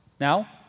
Now